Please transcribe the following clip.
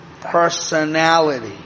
personality